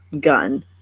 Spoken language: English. gun